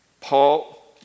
Paul